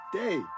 day